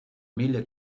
mille